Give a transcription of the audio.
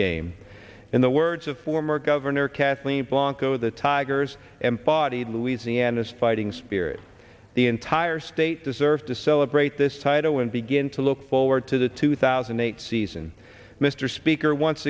game in the words of former governor kathleen blanco the tigers and body louisiana's fighting spirit the entire state deserves to celebrate this title and begin to look forward to the two thousand and eight season mr speaker once